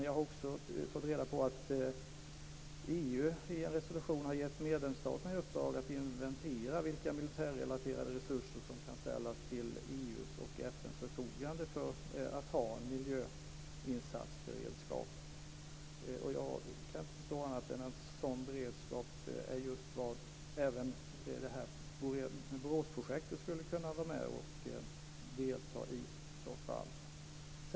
Jag har också fått reda på att EU i en resolution har gett medlemsstaterna i uppdrag att inventera vilka militärrelaterade resurser som kan ställas till EU:s och FN:s förfogande för att man skall kunna ha en miljöinsatsberedskap. Jag kan inte förstå annat än att Boråsprojektet skulle kunna delta i en sådan beredskap, i så fall.